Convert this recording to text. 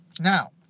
Now